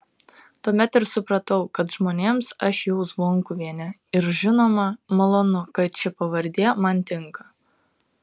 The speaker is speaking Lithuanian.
tuomet ir supratau kad žmonėms aš jau zvonkuvienė ir žinoma malonu kad ši pavardė man tinka